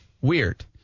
Weird